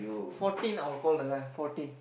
fourteen I'll call the guy fourteen